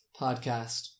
podcast